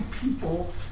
people